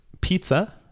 pizza